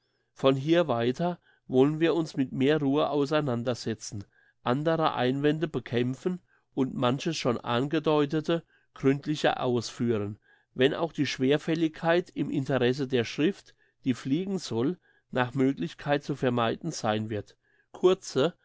von hier weiter wollen wir uns mit mehr ruhe auseinandersetzen andere einwände bekämpfen und manches schon angedeutete gründlicher ausführen wenn auch die schwerfälligkeit im interesse der schrift die fliegen soll nach möglichkeit zu vermeiden sein wird kurze